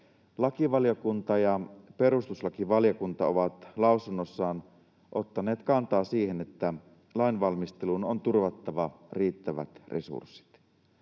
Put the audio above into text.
Lakivaliokunta ja perustuslakivaliokunta ovat lausunnoissaan ottaneet kantaa siihen, että lainvalmisteluun on turvattava riittävät resurssit